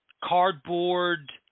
cardboard